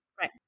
Right